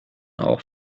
auch